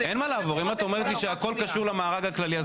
אם את אומרת שהכול קשור למארג הכללי,